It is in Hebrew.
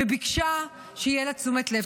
וביקשה שתהיה לה תשומת לב.